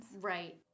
Right